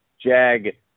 JAG